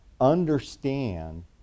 understand